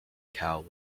cow